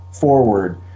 forward